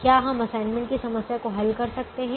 क्या हम असाइनमेंट की समस्या को हल कर सकते हैं